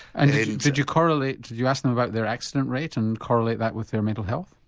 and did you correlate, did you ask them about their accident rate and correlate that with their mental health?